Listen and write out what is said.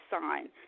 sign